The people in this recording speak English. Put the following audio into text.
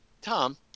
Tom